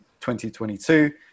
2022